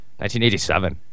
1987